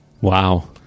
Wow